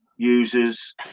users